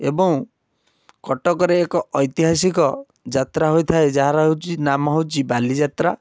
ଏବଂ କଟକରେ ଏକ ଐତିହାସିକ ଯାତ୍ରା ହୋଇଥାଏ ଯାହାର ହେଉଛି ନାମ ହେଉଛି ବାଲିଯାତ୍ରା